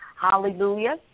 hallelujah